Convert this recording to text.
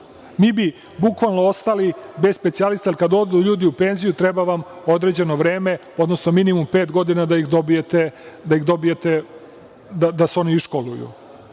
mi bi bukvalno ostali bez specijalista jer kada odu ljudi u penziju treba vam određeno vreme, odnosno minimum pet godina, da ih dobijete, da se oni iškoluju. Mi